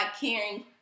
caring